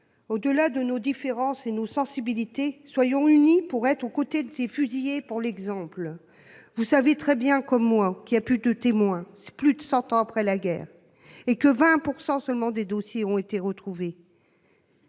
Au-delà de nos différences et nos sensibilités soyons unis, pour être aux côtés de ces fusillés pour l'exemple. Vous savez très bien comme moi qui a plus de témoins. C'est plus de 100 ans après la guerre et que 20% seulement des dossiers ont été retrouvés.